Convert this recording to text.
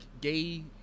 gay